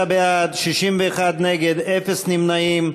49 בעד, 61 נגד, אפס נמנעים.